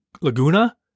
Laguna